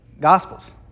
Gospels